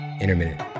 intermittent